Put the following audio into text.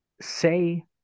say